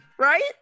right